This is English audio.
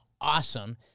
awesome